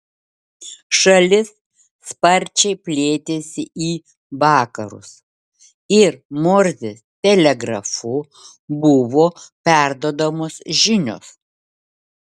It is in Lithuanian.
šalis sparčiai plėtėsi į vakarus ir morzės telegrafu buvo perduodamos žinios